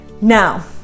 Now